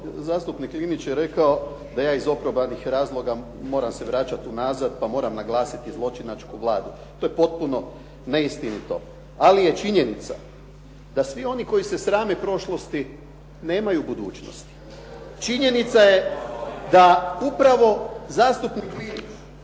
zastupnik Linić je rekao da ja iz …/Govornik se ne razumije./… razloga moram se vraćati u nazad pa moram naglasiti zločinačku Vladu, to je potpuno neistinito. Ali je činjenica da svi oni koji se srame prošlosti nemaju budućnosti. Činjenica je da upravo zastupnik Linić